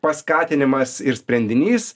paskatinimas ir sprendinys